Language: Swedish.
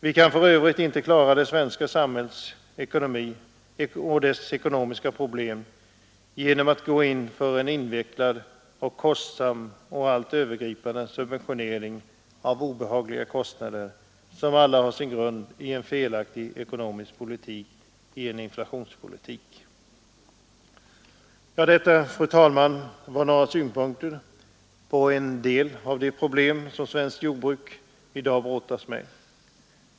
Vi kan för övrigt inte klara det svenska samhällets ekonomiska problem genom att gå in för en invecklad och kostsam — och allt övergripande — subventionering av obehagliga kostnader, som alla har sin grund i en felaktig ekonomisk politik, i en inflationspolitik. Detta, fru talman, var några synpunkter på en del av de problem som svenskt jordbruk i dag brottas med.